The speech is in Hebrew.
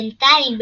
בינתיים,